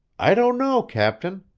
i don't know, captain.